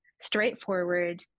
straightforward